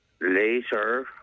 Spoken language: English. later